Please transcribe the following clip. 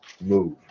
move